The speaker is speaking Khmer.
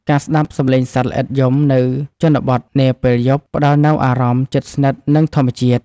ការស្តាប់សំឡេងសត្វល្អិតយំនៅជនបទនាពេលយប់ ផ្តល់នូវអារម្មណ៍ជិតស្និទ្ធនឹងធម្មជាតិ។